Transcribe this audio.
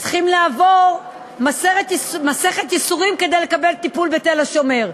צריכים לעבור מסכת ייסורים כדי לקבל טיפול בתל-השומר,